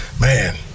man